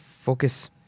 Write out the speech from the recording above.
focus